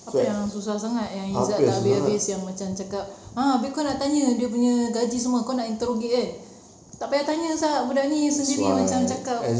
apa yang susah sangat yang izat tak habis-habis yang macam cakap ah habis kau nak tanya dia punya gaji semua kau nak interrogate kan tak payah tanya sat~ budak ini sendiri cakap